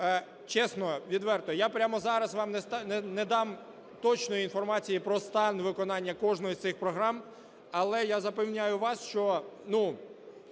Чесно, відверто, я прямо зараз вам не дам точної інформації про стан виконання кожної з цих програм, але я запевняю вас, що,